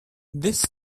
this